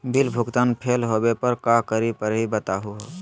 Bill भुगतान fail होवे पर का करै परही, बताहु हो?